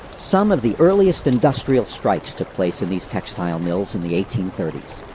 some of the earliest industrial strikes took place in these textile mills in the eighteen thirty s.